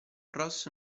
ross